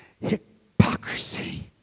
hypocrisy